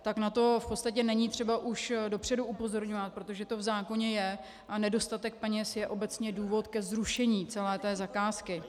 Tak na to v podstatě není třeba už dopředu upozorňovat, protože to v zákoně je, a nedostatek peněz je obecně důvod ke zrušení celé té zakázky.